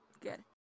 Good